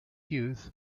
youth